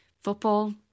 football